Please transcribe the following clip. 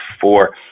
four